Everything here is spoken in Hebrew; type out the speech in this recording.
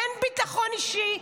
אין ביטחון אישי.